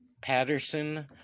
Patterson